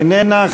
איננה,